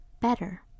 better